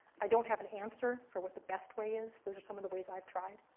i don't have an answer for what the best way is. those are some of the ways i've tried.